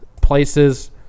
places